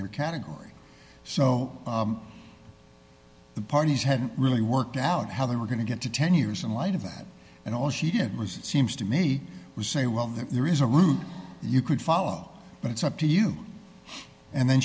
year category so the parties had really worked out how they were going to get to ten years in light of that and all she did was it seems to me to say well there is a route you could follow but it's up to you and then